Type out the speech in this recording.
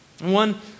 One